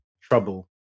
trouble